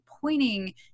pointing